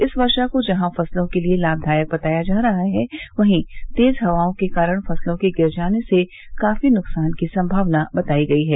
इस वर्षा को जहां फसलों के लिये लाभदायक बताया जा रहा है वहीं तेज हवाओं के कारण फसलों के गिर जाने से काफी नुकसान की संभावना बताई गई है